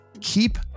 Keep